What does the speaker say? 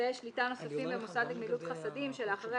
אמצעי שליטה נוספים במוסד לגמילות חסדים שלאחריה